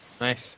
nice